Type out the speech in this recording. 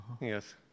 Yes